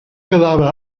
quedava